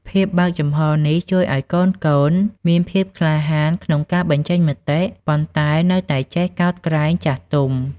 ភាពបើកចំហរនេះជួយឲ្យកូនៗមានភាពក្លាហានក្នុងការបញ្ចេញមតិ ប៉ុន្តែនៅតែចេះកោតក្រែងចាស់ទុំ។